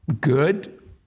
good